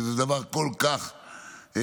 שזה דבר כל כך נצרך.